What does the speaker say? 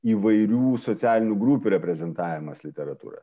įvairių socialinių grupių reprezentavimas literatūroje